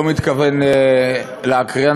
לא מתכוון להקריא,